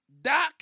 Doc